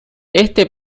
este